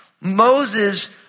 Moses